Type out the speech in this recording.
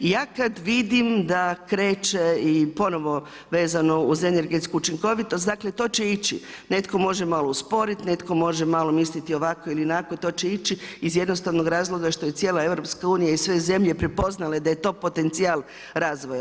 I ja kad vidim da kreće i ponovno vezano uz energetsku učinkovitost, dakle, to će ići, netko može malo usporiti, netko može malo misliti, ovako ili onako, to će ići iz jednostavnog razloga što je cijela EU i sve zemlje prepoznale da je to potencijal razvoja.